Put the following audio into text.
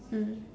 mm